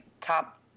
top